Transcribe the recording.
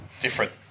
different